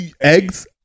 eggs